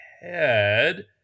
head